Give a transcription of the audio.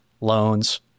loans